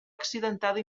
accidentada